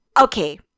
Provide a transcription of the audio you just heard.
Okay